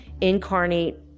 incarnate